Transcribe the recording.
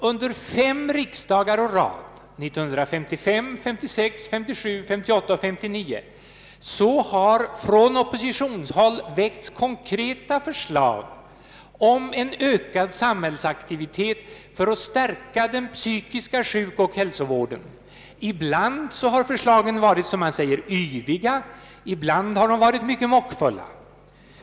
Under fem riksdagar å rad — 1965, 1966, 1967, 1968 och 1969 — har från oppositionshåll väckts konkreta förslag om en ökad samhällsaktivitet för att stärka den psykiska sjukoch hälsovården. Ibland har förslagen varit som man säger yviga, ibland har de varit mycket måttfulla.